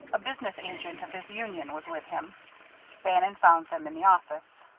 a business agent of his union was with him bannon found them in the office.